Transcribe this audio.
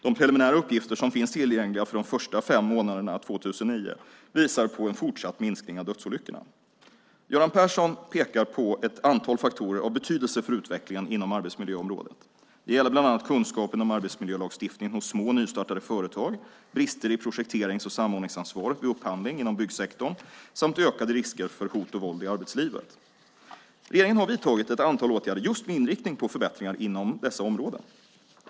De preliminära uppgifter som finns tillgängliga för de fem första månaderna 2009 visar på en fortsatt minskning av dödsolyckorna. Göran Persson pekar på ett antal faktorer av betydelse för utvecklingen inom arbetsmiljöområdet. Det gäller bland annat kunskapen om arbetsmiljölagstiftningen hos små och nystartade företag, brister i projekterings och samordningsansvaret vid upphandling inom byggsektorn samt ökade risker för hot och våld i arbetslivet. Regeringen har vidtagit ett antal åtgärder just med inriktning på förbättringar inom dessa områden.